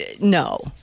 no